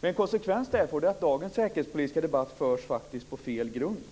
En konsekvens av detta är att dagens säkerhetspolitiska debatt förs på fel grund.